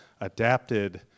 adapted